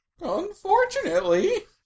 Unfortunately